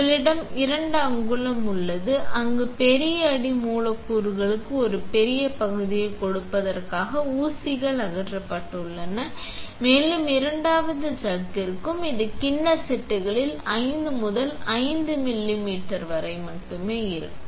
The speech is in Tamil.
எங்களிடம் 2 அங்குலம் உள்ளது அங்கு பெரிய அடி மூலக்கூறுகளுக்கு ஒரு பெரிய பகுதியைக் கொடுப்பதற்காக ஊசிகள் அகற்றப்பட்டுள்ளன மேலும் இரண்டாவது சக் இருக்க வேண்டும் இது கிண்ண செட்களில் 5 முதல் 5 மில்லிமீட்டர் வரை மட்டுமே இருக்கும்